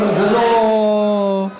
אני לא קובע.